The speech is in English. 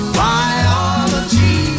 biology